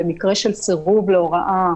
במקרה של סירוב להוראה